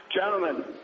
Gentlemen